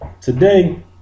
today